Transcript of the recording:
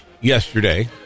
yesterday